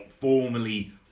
formally